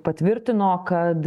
patvirtino kad